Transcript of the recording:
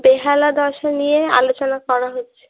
বেহাল দশা নিয়ে আলোচনা করা হচ্ছে